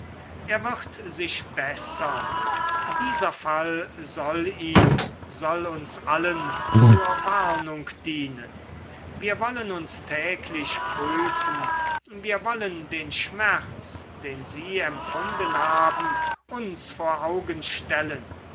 er wird sich bessern dieser fall soll ihm soll uns allen zur warnung dienen wir wollen uns täglich prüfen wir wollen den schmerz den sie empfunden haben uns vor augen stellen